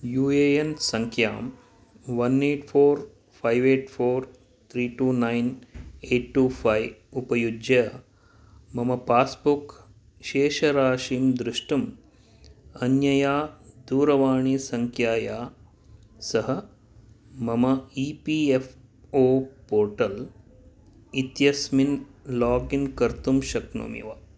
you A N सङ्ख्यां one eight four five eight four three two nine eight two five उपयुज्य मम passbook शेषराशिं द्रष्टुं अन्यया दूरवाणीसङ्ख्याया सह मम E P F O portal इत्यस्मिन् लागिन् कर्तुं शक्नोमि वा